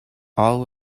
all